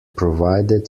provided